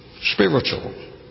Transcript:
Spiritual